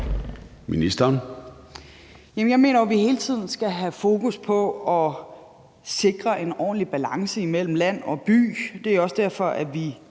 Løhde): Jeg mener jo, at vi hele tiden skal have fokus på at sikre en ordentlig balance imellem land og by. Det er også derfor, vi